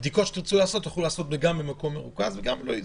בדיקות במקום מרוכז.